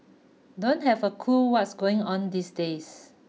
don't have a clue what's going on these days